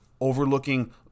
overlooking